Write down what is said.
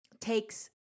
takes